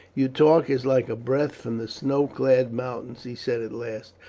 your talk is like a breath from the snow clad mountains, he said at last,